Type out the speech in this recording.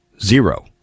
Zero